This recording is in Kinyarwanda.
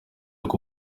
uko